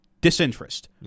disinterest